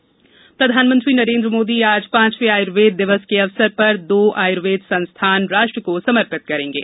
आयुर्वेद दिवस प्रधानमंत्री नरेन्द्र मोदी आज पांचवें आयुर्वेद दिवस के अवसर पर दो आयुर्वेद संस्थान राष्ट्र को समर्पित करेंगे